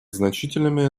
значительными